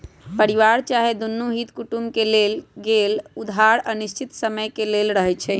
परिवार चाहे कोनो हित कुटुम से लेल गेल उधार अनिश्चित समय के लेल रहै छइ